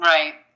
Right